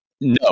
No